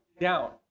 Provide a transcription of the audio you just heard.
down